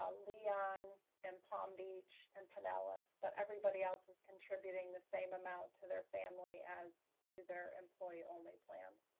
ah leon and palm beach and pinellas, but everybody else is contributing the same amount to their family as to their employee-only plan.